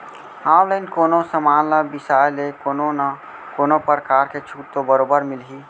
online कोनो समान ल बिसाय ले कोनो न कोनो परकार के छूट तो बरोबर मिलही